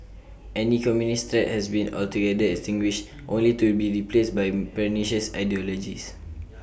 any communist has been altogether extinguished only to be replaced by pernicious ideologies